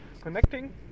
connecting